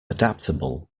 adaptable